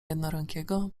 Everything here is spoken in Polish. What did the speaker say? jednorękiego